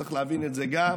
צריך להבין את זה שאלימות,